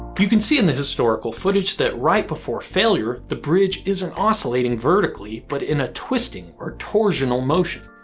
you can see in the historical footage that, right before failure, the bridge isn't oscillating vertically, but in a twisting or torsional motion.